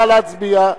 נא להצביע.